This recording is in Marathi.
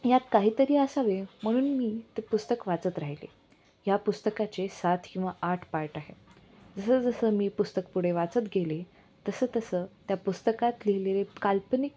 यात काहीतरी असावे म्हणून मी ते पुस्तक वाचत राहिले या पुस्तकाचे सात किंवा आठ पार्ट आहे जसं जसं मी पुस्तक पुढे वाचत गेले तसं तसं त्या पुस्तकात लिहिले काल्पनिक